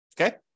Okay